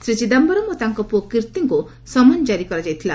ଶ୍ରୀ ଚିଦାୟରମ ଓ ତାଙ୍କ ପୁଅ କାର୍ତ୍ତୀଙ୍କୁ ସମନ ଜାରି କରାଯାଇଥିଲା